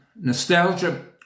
Nostalgia